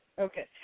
Okay